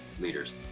leaders